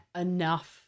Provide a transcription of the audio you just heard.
enough